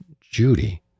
Judy